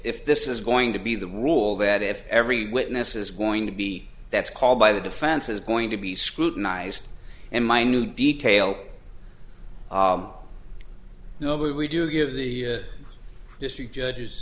if this is going to be the rule that if every witness is going to be that's called by the defense is going to be scrutinized and minute detail you know we do give the district judges